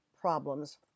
problems